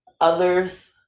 Others